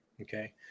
okay